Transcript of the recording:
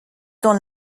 dans